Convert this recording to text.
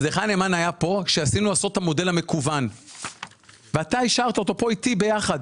כאן כרצינו לעשות את המודל המקוון ואתה אישרת אותו כאן איתי ביחד.